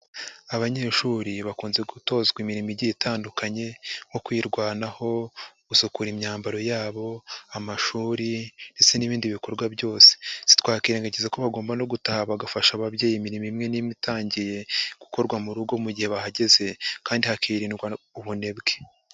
Abanyeshuri bakunze gutozwa imirimo igiye itandukanye, nko kwirwanaho, gusukura imyambaro yabo, amashuri ndetse n'ibindi bikorwa byose, sitwakwirengagiza ko bagomba no gutaha bagafasha ababyeyi imirimo imwe n'mwe itangiye gukorwa mu rugo, mu gihe bahageze kandi hakirindwa ubunebwe.